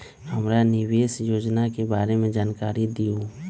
हमरा निवेस योजना के बारे में जानकारी दीउ?